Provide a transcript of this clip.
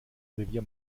revier